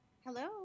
hello